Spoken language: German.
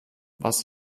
was